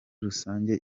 rusange